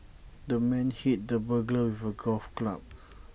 the man hit the burglar with A golf club